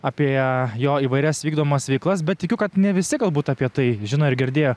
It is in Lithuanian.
apie jo įvairias vykdomas veiklas bet tikiu kad ne visi galbūt apie tai žino ir girdėjo